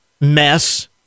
mess